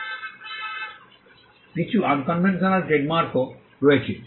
কিছু আনকনভেনশনাল ট্রেডমার্কও রয়েছে